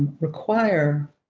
require